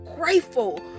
grateful